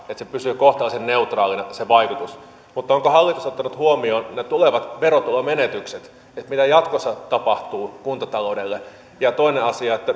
jää että se vaikutus pysyy kohtalaisen neutraalina mutta onko hallitus ottanut huomioon ne tulevat verotulomenetykset että mitä jatkossa tapahtuu kuntataloudelle toinen asia